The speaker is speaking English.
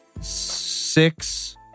six